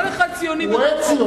כל אחד ציוני בדרכו.